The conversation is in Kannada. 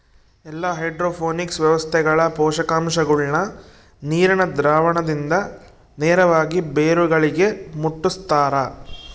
ಎಲ್ಲಾ ಹೈಡ್ರೋಪೋನಿಕ್ಸ್ ವ್ಯವಸ್ಥೆಗಳ ಪೋಷಕಾಂಶಗುಳ್ನ ನೀರಿನ ದ್ರಾವಣದಿಂದ ನೇರವಾಗಿ ಬೇರುಗಳಿಗೆ ಮುಟ್ಟುಸ್ತಾರ